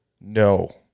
No